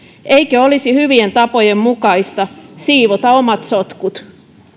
eikö olisi hyvien tapojen mukaista siivota omat sotkut